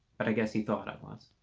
but i guess he thought i was